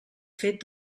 fet